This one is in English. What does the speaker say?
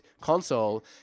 console